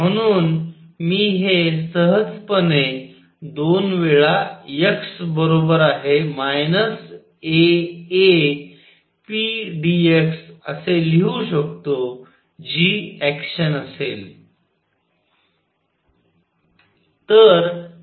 म्हणून मी हे सहजपणे दोन वेळा x बरोबर आहे मायनस AA p dx असे लिहू शकतो जी ऍक्शन असेल